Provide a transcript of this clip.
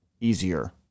easier